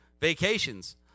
Vacations